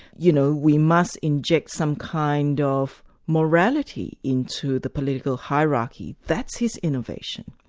you know we must inject some kind of morality into the political hierarchy, that's his innovation.